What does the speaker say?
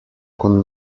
con